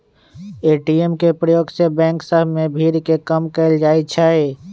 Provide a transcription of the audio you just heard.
ATM के प्रयोग से बैंक सभ में भीड़ के कम कएल जाइ छै